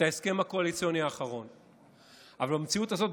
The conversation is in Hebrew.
במציאות הזאת,